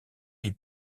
les